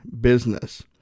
Business